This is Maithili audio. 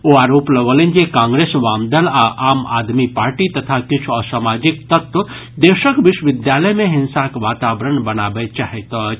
ओ आरोप लगौलनि जे कांग्रेस वामदल आ आम आदमी पार्टी तथा किछु असामाजिक तत्व देशक विश्वविद्यालय मे हिंसाक वातावरण बनाबय चाहैत अछि